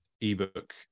ebook